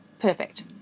Perfect